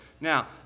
Now